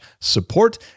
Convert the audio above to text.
support